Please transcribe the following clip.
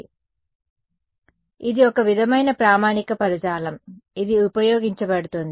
కాబట్టి ఇది ఒక విధమైన ప్రామాణిక పదజాలం ఇది ఉపయోగించబడుతుంది